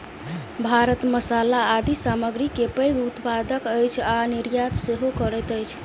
भारत मसाला आदि सामग्री के पैघ उत्पादक अछि आ निर्यात सेहो करैत अछि